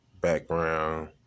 Background